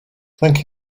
thank